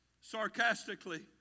sarcastically